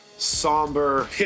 Somber